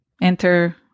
enter